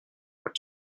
what